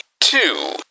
two